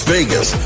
Vegas